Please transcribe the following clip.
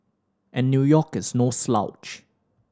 and New York is no slouch